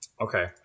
Okay